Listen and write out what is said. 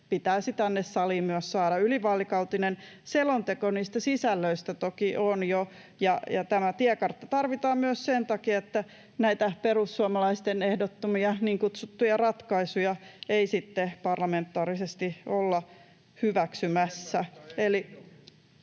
pitäisi tänne saliin myös saada. Ylivaalikautinen selonteko niistä sisällöistä toki on jo, ja tämä tiekartta tarvitaan myös sen takia, että näitä perussuomalaisten ehdottamia niin kutsuttuja ratkaisuja ei sitten parlamentaarisesti olla hyväksymässä.